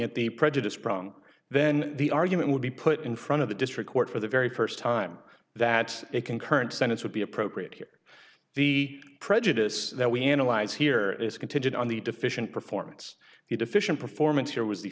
at the prejudice problem then the argument would be put in front of the district court for the very first time that a concurrent sentence would be appropriate here the prejudice that we analyze here is contingent on the deficient performance the deficient performance here was the